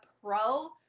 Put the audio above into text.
pro